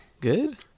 Good